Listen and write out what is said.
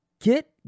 Get